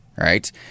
right